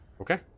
Okay